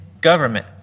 government